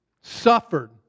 suffered